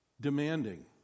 Demanding